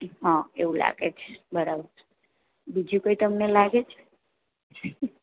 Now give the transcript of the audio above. હં એવું લાગે છે બરાબર બીજું કાંઇ તમને લાગે છે